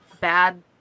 Bad